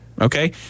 okay